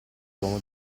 l’uomo